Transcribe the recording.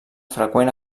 freqüent